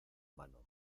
mano